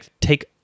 take